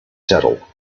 saddle